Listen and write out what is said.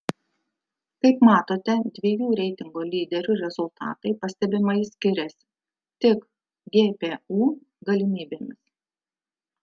kaip matote dviejų reitingo lyderių rezultatai pastebimai skiriasi tik gpu galimybėmis